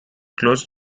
close